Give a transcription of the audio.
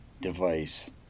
device